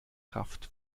kraft